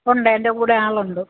ഉണ്ട് എൻ്റെ കൂടെ ആളുണ്ട്